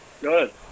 Good